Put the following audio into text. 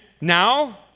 now